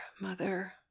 mother